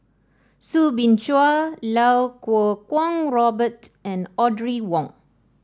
Soo Bin Chua Iau Kuo Kwong Robert and Audrey Wong